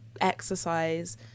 exercise